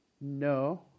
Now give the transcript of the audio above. no